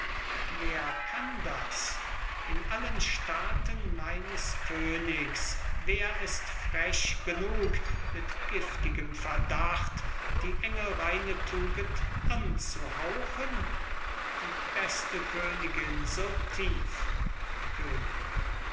wer kann das in allen staaten meines königs wer ist frech genug mit giftigem verdacht die engelreine tugend anzuhauchen die beste königin so tief könig